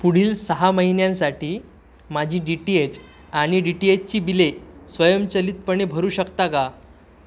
पुढील सहा महिन्यांसाठी माझी डी टी एच आणि डी टी एचची बिले स्वयंचलितपणे भरू शकता का